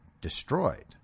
destroyed